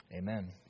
amen